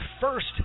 first